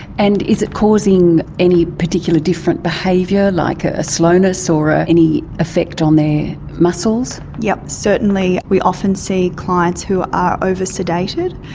and is it causing any particular different behaviour, like ah a slowness or ah any effect on their muscles? yes, certainly we often see clients who are over-sedated.